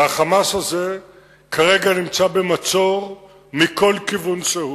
ה"חמאס" הזה נמצא כרגע במצור מכל כיוון שהוא